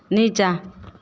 नीचाँ